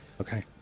Okay